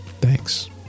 thanks